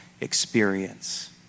experience